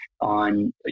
on